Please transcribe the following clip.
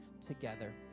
together